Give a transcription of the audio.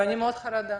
ואני מאוד חרדה